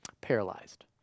paralyzed